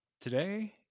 Today